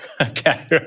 Okay